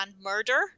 murder